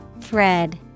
Thread